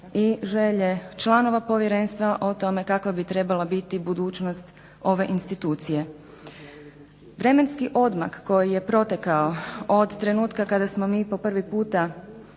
i želje članova povjerenstva o tome kakva bi trebala biti budućnost ove institucije. Vremenski odmak koji je protekao od trenutka kada smo mi po prvi puta